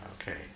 Okay